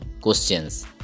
questions